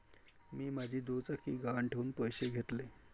मी माझी दुचाकी गहाण ठेवून पैसे घेतले